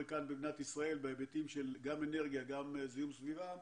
במדינת ישראל בכל מה שקשור לאנרגיה וזיהום סביבה.